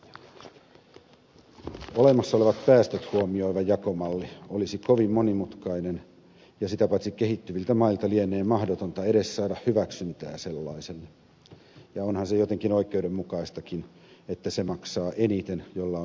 olemassa olevat päästöt huomioiva jakomalli olisi kovin monimutkainen ja sitä paitsi kehittyviltä mailta lienee mahdotonta edes saada hyväksyntää sellaiselle ja onhan se jotenkin oikeudenmukaistakin että se maksaa eniten jolla on eniten rahaa